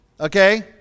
Okay